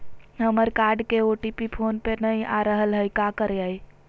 हमर कार्ड के OTP phone पे नई आ रहलई हई, का करयई?